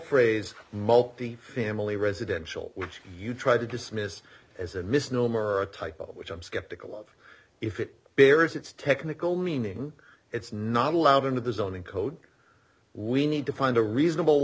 phrase multi family residential which you try to dismiss as a misnomer a typo which i'm skeptical of if it bears its technical meaning it's not allowed into the zoning code we need to find a reasonable